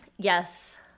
Yes